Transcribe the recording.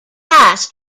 pass